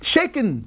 Shaken